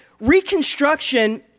Reconstruction